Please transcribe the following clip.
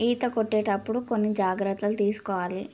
ఈత కొట్టేటప్పుడు కొన్ని జాగ్రత్తలు తీసుకోవాలి